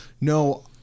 no